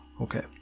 Okay